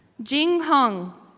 gene hung,